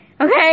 Okay